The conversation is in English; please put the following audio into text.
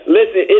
Listen